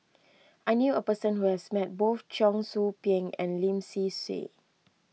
I knew a person who has met both Cheong Soo Pieng and Lim Swee Say